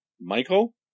Michael